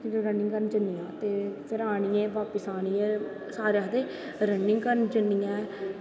जिसलै रनिंग करन जन्नी आं फिर आह्नियैं बापस आह्नियैं सारे आखदे रनिंग करन जन्नी ऐं